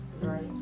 Right